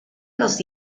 los